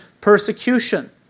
persecution